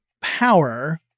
power